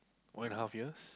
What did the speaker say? one and a half years